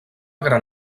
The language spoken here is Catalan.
gran